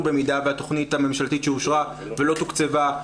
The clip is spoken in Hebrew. במידה והתכנית הממשלתית שאושרה ולא תוקצבה,